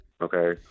Okay